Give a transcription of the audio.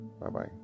Bye-bye